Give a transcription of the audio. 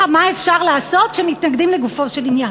מה אפשר לעשות כשמתנגדים לגופו של עניין,